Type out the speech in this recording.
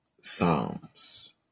psalms